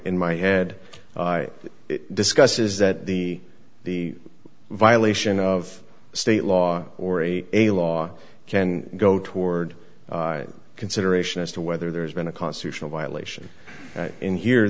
in my head i discuss is that the the violation of state law or a a law can go toward consideration as to whether there's been a constitutional violation in